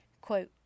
quote